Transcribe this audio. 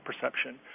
perception